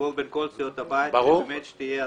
תעבור בין כל סיעות הבית כדי שתהיה הסכמה.